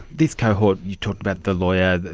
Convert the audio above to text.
this cohort, you talked about the lawyer,